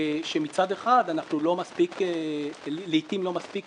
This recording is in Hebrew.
שמצד אחד אנחנו לעיתים לא מספיק